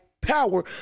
power